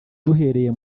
duhereye